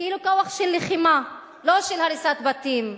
כאילו כוח של לחימה ולא של הריסת בתים,